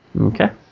Okay